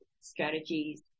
strategies